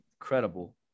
incredible